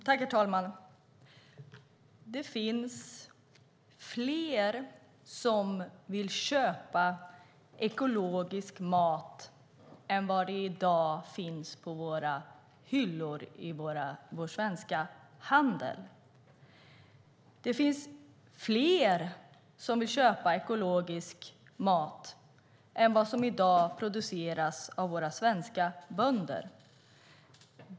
Herr talman! Det finns fler som vill köpa ekologisk mat än vad det i dag finns på våra hyllor i vår svenska handel. Det finns fler som vill köpa ekologisk mat än vad som i dag produceras av våra svenska bönder.